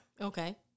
Okay